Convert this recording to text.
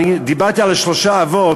אני דיברתי על שלושה אבות,